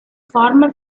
former